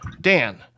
Dan